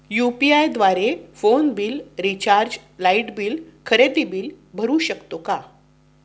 UPI द्वारे phone bill, recharge, light, खरेदी bill भरू शकतो का?